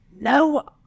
no